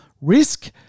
risk